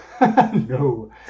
no